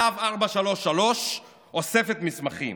להב 433 אוספת מסמכים,